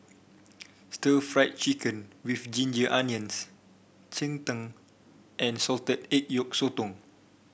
Stir Fried Chicken with Ginger Onions Cheng Tng and Salted Egg Yolk Sotong